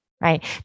right